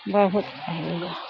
बहुत हेलियै